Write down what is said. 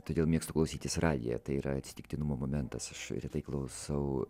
todėl mėgstu klausytis radiją tai yra atsitiktinumo momentas aš retai klausau